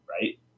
Right